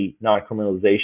non-criminalization